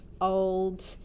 old